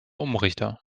umrichter